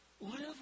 Live